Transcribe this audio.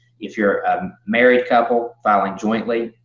if you're a married couple filing jointly,